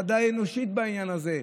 ודאי אנושית בעניין הזה.